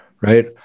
right